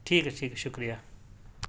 ٹھیک ہے ٹھیک ہے شکریہ